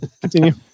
continue